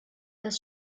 das